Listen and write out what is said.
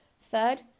Third